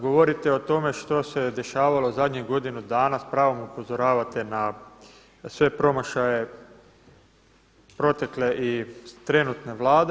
Govorite o tome što se je dešavalo zadnjih godinu dana s pravom upozoravate na sve promašaje protekle i trenutne Vlade.